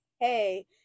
hey